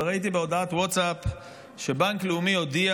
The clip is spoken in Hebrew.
וראיתי בהודעת ווטסאפ שבנק לאומי הודיע